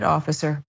Officer